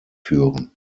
führen